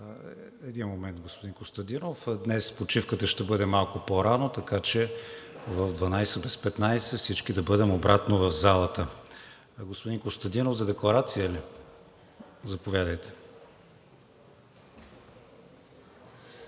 информирам, колеги, че днес почивката ще бъде малко по рано, така че в 12 без 15 всички да бъдем обратно в залата. Господин Костадинов, за декларация ли? Заповядайте.